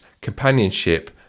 companionship